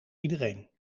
iedereen